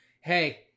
hey